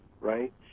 Right